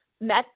met